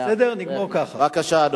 של